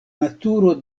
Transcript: naturo